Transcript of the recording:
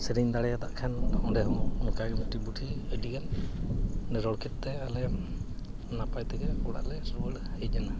ᱥᱮᱨᱮᱧ ᱫᱟᱲᱮᱭᱟᱫ ᱠᱷᱟᱱ ᱚᱸᱰᱮ ᱦᱚᱸ ᱚᱱᱠᱟᱜᱮ ᱢᱤᱫᱴᱤᱡ ᱵᱩᱰᱷᱤ ᱟᱹᱰᱤᱜᱟᱱ ᱨᱚᱲ ᱠᱮᱜ ᱛᱮ ᱟᱞᱮ ᱱᱟᱯᱟᱭ ᱛᱮᱜᱮ ᱚᱲᱟᱜ ᱞᱮ ᱨᱩᱣᱟᱹᱲ ᱦᱮᱡ ᱮᱱᱟ